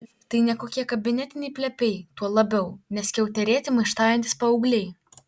tai ne kokie kabinetiniai plepiai tuo labiau ne skiauterėti maištaujantys paaugliai